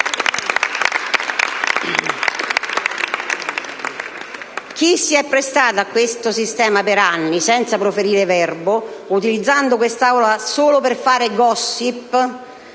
Chi si è prestato a questo sistema per anni senza proferire verbo, utilizzando quest'Aula solo per fare *gossip*,